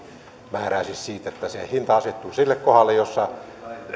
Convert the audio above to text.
määrää siis siitä että se hinta asettuu sille kohdalle jossa